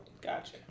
Gotcha